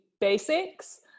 basics